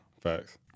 facts